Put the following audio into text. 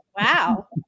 Wow